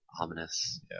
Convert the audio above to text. ominous